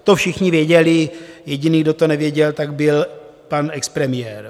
To všichni věděli, jediný, kdo to nevěděl, byl pan expremiér.